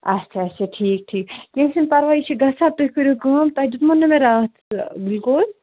اچھا اچھا ٹھیٖک ٹھیٖک کیٚنٛہہ چھُنہٕ پَرواے یہِ چھُ گژھان تُہۍ کٔرِو کٲم تۄہہِ دیُتمو نہٕ مےٚ راتھ گُلکوز